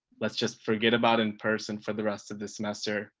let's just forget about in person for the rest of the semester.